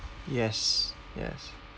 yes yes